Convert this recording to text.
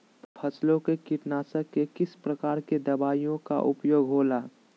फसलों के कीटनाशक के किस प्रकार के दवाइयों का उपयोग हो ला?